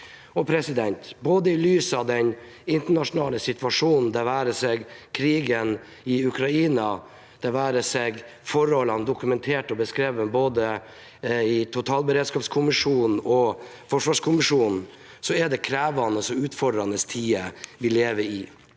behandling. I lys av den internasjonale situasjonen, det være seg krigen i Ukraina eller forholdene dokumentert og beskrevet både i totalberedskapskommisjonen og forsvarskommisjonen, er det krevende og utfordrende tider vi lever i.